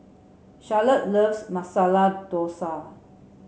Charlotte loves Masala Dosa